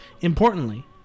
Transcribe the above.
Importantly